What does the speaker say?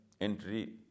entry